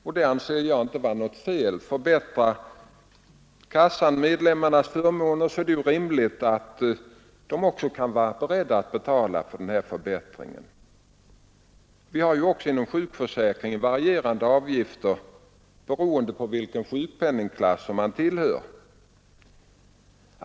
Det anser jag inte vara något fel. Förbättrar kassan medlemmarnas förmåner är det rimligt att de är med om att betala för denna förbättring. Också inom sjukförsäkringen varierar avgiften beroende på vilken sjukpenningklass man tillhör.